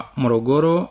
morogoro